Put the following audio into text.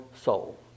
soul